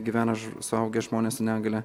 gyvena suaugę žmonės su negalia